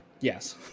Yes